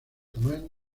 tamaño